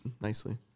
nicely